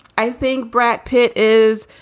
i think brad pitt is.